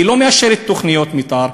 לא מאשרת תוכניות מתאר,